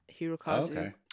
Hirokazu